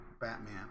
Batman